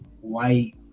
white